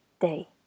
day